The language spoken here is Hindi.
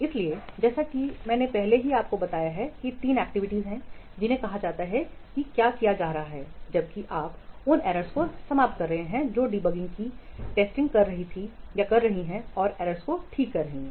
इसलिए जैसा कि मैंने पहले ही आपको बताया है कि 3 गतिविधियां हैं जिन्हें कहा जाता है कि क्या किया जा रहा है जबकि आप उन एरर्स को समाप्त कर रहे हैं जो डीबगिंग की टेस्टिंग कर रही हैं और एरर्स को ठीक कर रही हैं